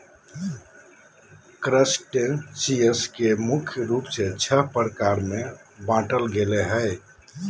crustaceans के मुख्य रूप से छः प्रकार में बांटल गेले हें